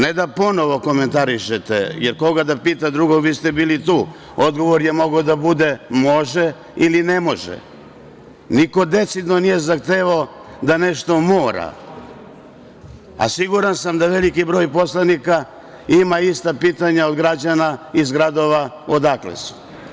Zato vas molim ne da ponovo komentarišete, jer koga da pita drugog, vi ste bili tu, odgovor je mogao da bude – može ili ne može, niko decidno nije zahtevao da nešto mora, a siguran sam da veliki broj poslanika ima ista pitanja od građana iz gradova odakle su.